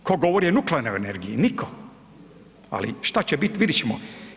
Tko govori o nuklearnoj energiji, nitko, ali šta će biti vidjet ćemo.